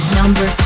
number